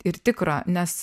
ir tikro nes